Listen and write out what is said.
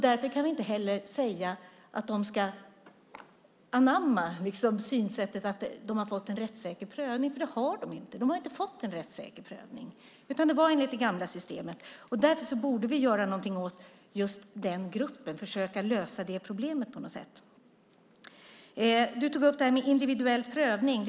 Därför kan vi inte heller säga att de ska anamma synsättet att de har fått en rättssäker prövning, för det har de inte. De har inte fått en rättssäker prövning, utan den skedde enligt det gamla systemet. Därför borde vi göra något åt just den gruppen och försöka lösa problemet på något sätt. Du tog upp det här med individuell prövning.